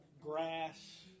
grass